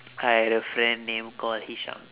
I had a friend name called hisham